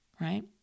right